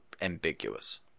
ambiguous